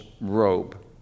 robe